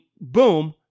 boom